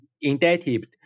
indebted